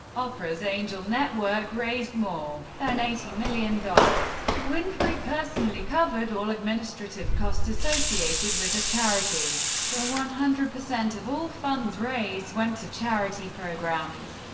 oprah's angel network raised more than eighty million dollars. winfrey personally covered all administrative costs associated with the charity, so one hundred percent of all funds raised went to charity programs.